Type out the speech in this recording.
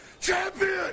champion